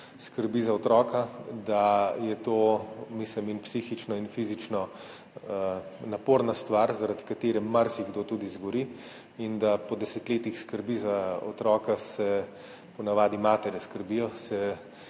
skrbi za otroka, da je to psihično in fizično naporna stvar, zaradi katere marsikdo tudi izgori, in da se po desetletjih skrbi za otroka, ponavadi skrbijo